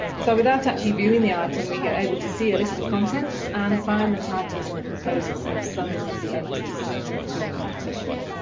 so without actually viewing the item we are able to see a list of contents, and find the titles and composers of some of the entries to the competition.